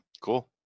Cool